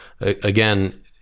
again